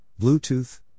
bluetooth